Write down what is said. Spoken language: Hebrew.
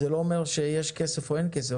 וזה לא אומר שיש כסף או אין כסף,